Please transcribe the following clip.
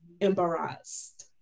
embarrassed